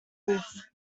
roof